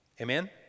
Amen